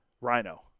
Rhino